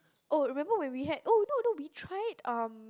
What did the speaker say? oh remember when we had oh no no we tried um